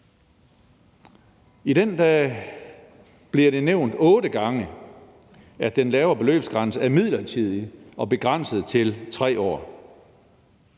I den bliver det nævnt otte gange, at den lavere beløbsgrænse er midlertidig og begrænset til 3 år.